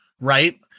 right